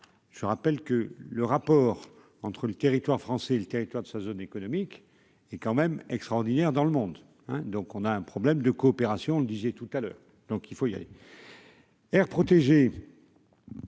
je rappelle que le rapport entre le territoire français et le territoire de sa zone économique est quand même extraordinaire dans le monde, hein, donc on a un problème de coopération, on le disait tout à l'heure, donc il faut y aller. Aire protégée.